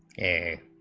a